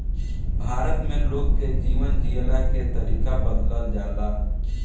भारत में लोग के जीवन जियला के तरीका बदलल जाला